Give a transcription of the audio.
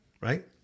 right